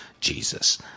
Jesus